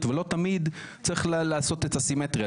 ולא תמיד צריך לעשות את הסימטריה.